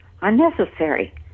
unnecessary